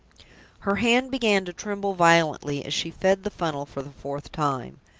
her hand began to tremble violently as she fed the funnel for the fourth time.